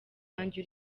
wanjye